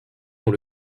dans